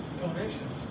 Donations